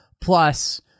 plus